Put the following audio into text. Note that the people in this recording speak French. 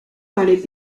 parlaient